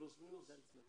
פלוס מינוס?